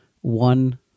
one